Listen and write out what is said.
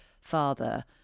father